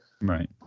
right